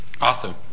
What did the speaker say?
Arthur